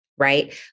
Right